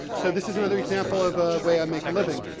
so this is another example of a way i make a living.